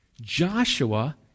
Joshua